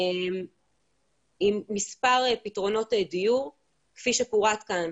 עם מספר פתרונות דיור כפי שפורט כאן,